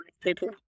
people